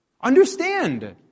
understand